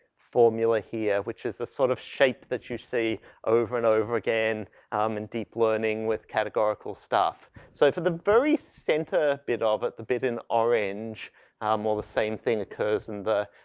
formula here which is the sort of shape that you see over and over again um, in deep learning with categorical staff. so for the very center bit of it, the bit in orange are more the same thing occurs in the